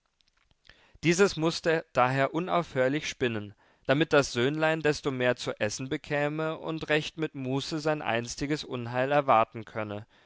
dieses mußte daher unaufhörlich spinnen damit das söhnlein desto mehr zu essen bekäme und recht mit muße sein einstiges unheil erwarten könne